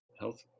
health